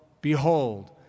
behold